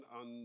on